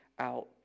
out